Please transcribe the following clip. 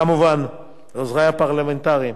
וכמובן לעוזרי הפרלמנטריים